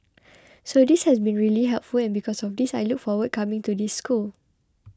so this has been really helpful and because of this I look forward coming to this school